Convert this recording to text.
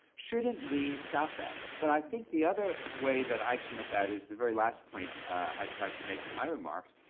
shouldn't we stop that? but i think the other way that i come at that is the very last point i tried to make in my remarks,